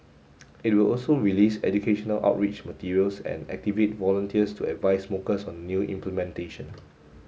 it will also release educational outreach materials and activate volunteers to advise smokers on the new implementation